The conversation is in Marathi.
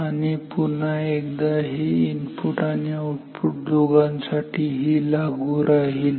आणि पुन्हा एकदा आता हे इनपुट आणि आऊटपुट दोघांसाठीही लागू राहील